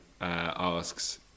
asks